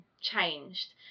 changed